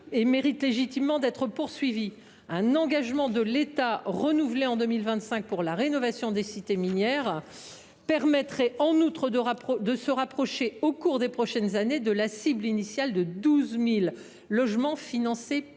mérite légitimement d’être poursuivi. Un engagement de l’État renouvelé en 2025 pour la rénovation des cités minières permettrait, en outre, de se rapprocher, au cours des prochaines années, de la cible initiale de 12 000 logements financés par l’État,